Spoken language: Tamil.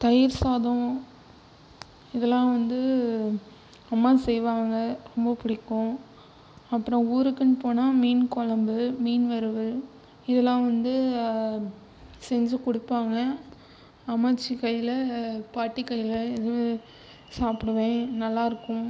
தயிர் சாதம் இதெல்லாம் வந்து அம்மா செய்வாங்கள் ரொம்ப பிடிக்கும் அப்புறம் ஊருக்குன்னு போனால் மீன் குழம்பு மீன் வறுவல் இதெல்லாம் வந்து செஞ்சு கொடுப்பாங்க அம்மாச்சி கையில் பாட்டி கையில் எதுவும் சாப்பிடுவேன் நல்லா இருக்கும்